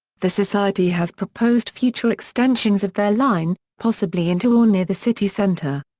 the society has proposed future extensions of their line, possibly into or near the city centre.